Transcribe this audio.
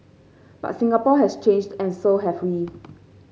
but Singapore has changed and so have we